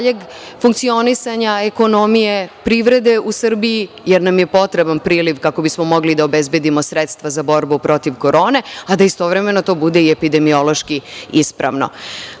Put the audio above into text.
daljeg funkcionisanja ekonomije, privrede u Srbiji, jer nam je potreban priliv kako bismo mogli da obezbedimo sredstva za borbu protiv korone, a da istovremeno to bude i epidemiološki ispravno. Dakle,